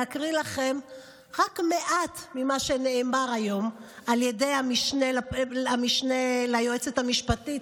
להקריא לכם רק מעט ממה שנאמר היום על ידי המשנה ליועצת המשפטית,